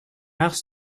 asked